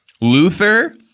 Luther